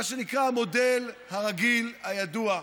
מה שנקרא, המודל הרגיל הידוע,